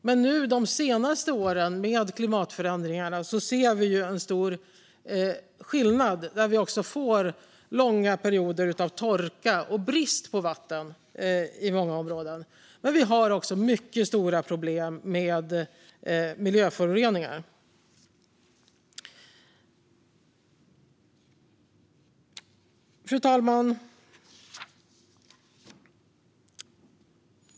Men under de senaste åren har vi i och med klimatförändringarna fått se en stor skillnad, där vi får långa perioder av torka och brist på vatten i många områden. Men vi har också mycket stora problem med miljöföroreningar. Fru talman!